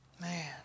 Man